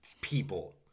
people